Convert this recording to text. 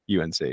UNC